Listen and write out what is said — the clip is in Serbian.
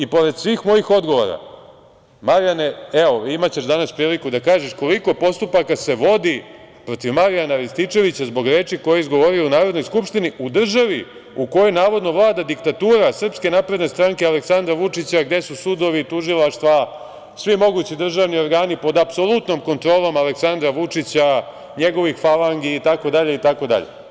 I pored svih mojih odgovora, Marijane, evo, imaćeš danas priliku da kažeš koliko postupaka se vodi protiv Marijana Ristićevića zbog reči koje je izgovorio u Narodnoj skupštini, u državi u kojoj navodno vlada diktatura SNS, Aleksandra Vučića, a gde su sudovi, tužilaštva, svi mogući državni organi pod apsolutnom kontrolom Aleksandra Vučića, njegovih falangi itd, itd.